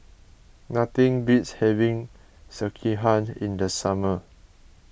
nothing beats having Sekihan in the summer